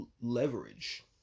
leverage